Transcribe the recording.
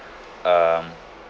um